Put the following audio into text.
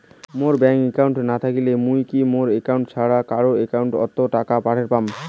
মোর bank account না থাকিলে মুই কি মোর একাউন্ট ছাড়া কারো একাউন্ট অত টাকা পাঠের পাম?